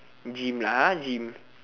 gym lah !huh! gym